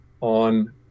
on